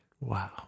Wow